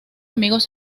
amigos